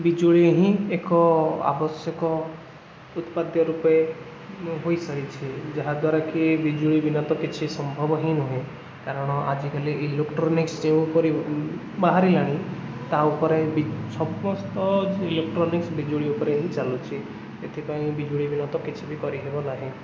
ବିଜୁଳି ହିଁ ଏକ ଆବଶ୍ୟକ ଉତ୍ପାଦ୍ୟ ରୂପେ ହୋଇସାରିଛି ଯାହାଦ୍ୱାରା କି ବିଜୁଳି ବିନା ତ କିଛି ସମ୍ଭବ ହିଁ ନୁହେଁ କାରଣ ଆଜିକାଲି ଇଲେକ୍ଟ୍ରୋନିକ୍ସ ଯେଉଁପରି ବାହାରିଲାଣି ତା'ଉପରେ ବି ସମସ୍ତ ଇଲେକ୍ଟ୍ରୋନିକ୍ସ ବିଜୁଳି ଉପରେ ହିଁ ଚାଲୁଛି ଏଥିପାଇଁ ବିଜୁଳି ବିନା ତ କିଛି କରିହେବ ନାହିଁ